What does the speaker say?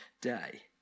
day